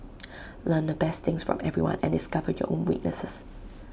learn the best things from everyone and discover your own weaknesses